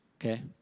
Okay